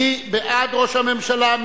מי בעד ראש הממשלה?